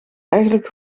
eigenlijk